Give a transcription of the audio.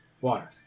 Water